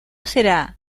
será